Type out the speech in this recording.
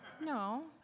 No